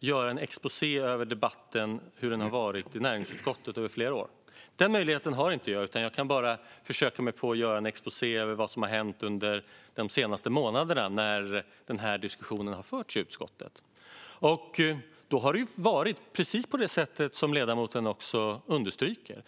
göra en exposé över hur debatten har varit i näringsutskottet under flera år. Den möjligheten har inte jag. Jag kan bara försöka mig på att göra en exposé över vad som har hänt under de senaste månaderna när den här diskussionen har förts i utskottet. Det har varit precis på det sätt som ledamoten understryker.